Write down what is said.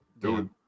Dude